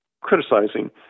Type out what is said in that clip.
criticizing